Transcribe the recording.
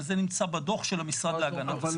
וזה נמצא בדוח של המשרד להגנת הסביבה.